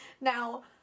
now